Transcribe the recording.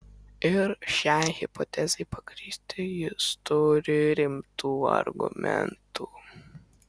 ir šiai hipotezei pagrįsti jis turi rimtų argumentų